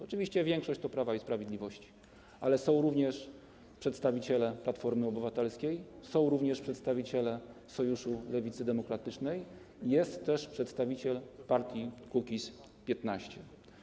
Oczywiście większość z Prawa i Sprawiedliwości, ale są również przedstawiciele Platformy Obywatelskiej, są również przedstawiciele Sojuszu Lewicy Demokratycznej, jest też przedstawiciel partii Kukiz’15.